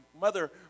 mother